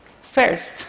First